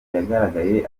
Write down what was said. yagaragaye